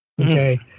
Okay